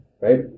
right